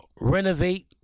Renovate